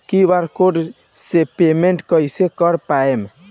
QR code से payment कईसे कर पाएम?